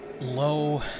low